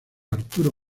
arturo